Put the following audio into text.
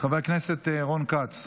חבר הכנסת רון כץ.